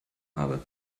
habe